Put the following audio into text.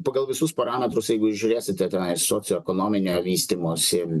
pagal visus parametrus jeigu žiūrėsite tenais socioekonominio vystymosi